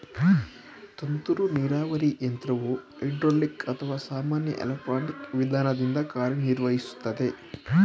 ತುಂತುರು ನೀರಾವರಿ ಯಂತ್ರವು ಹೈಡ್ರೋಲಿಕ್ ಅಥವಾ ಸಾಮಾನ್ಯ ಎಲೆಕ್ಟ್ರಾನಿಕ್ ವಿಧಾನದಿಂದ ಕಾರ್ಯನಿರ್ವಹಿಸುತ್ತದೆ